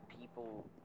people